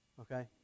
Okay